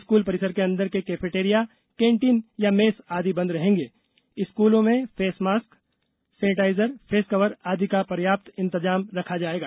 school परिसर के अंदर के कैफेटेरिया कैंटीन या मेस आदि बंद रहेंगे स्कूलों में फेस कवर मास्क सेनेटाइजर आदि का पर्याप्त इंतजाम रखा जाएगा